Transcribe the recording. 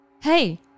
Hey